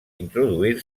introduir